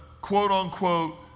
quote-unquote